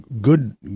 good